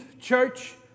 church